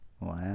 Wow